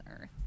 Earth